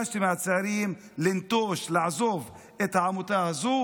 התמצית היא כך: יש מין עמותה בשם